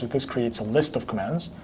this creates a list of commands.